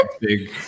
big